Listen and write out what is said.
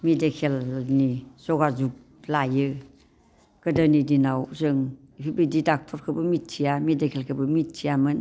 मेडिकेलनि जगाजग लायो गोदोनि दिनाव जों बिदि डक्ट'रखौबो मिथिया मेडिकेलखौबो मिथियामोन